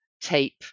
tape